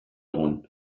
egun